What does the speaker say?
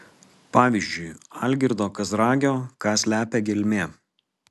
pavyzdžiui algirdo kazragio ką slepia gelmė